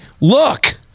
look